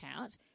out